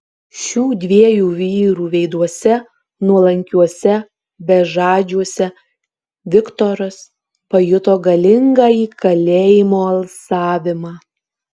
šių dviejų vyrų veiduose nuolankiuose bežadžiuose viktoras pajuto galingąjį kalėjimo alsavimą